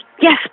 yes